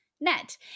net